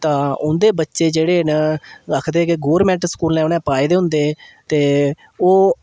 तां उ'न्दे बच्चे जेह्ड़े न ओह् आखदे कि गौरमेंट स्कूलें उ'नें पाये दे होंदे ते ओह्